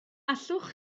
allwch